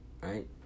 right